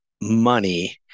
money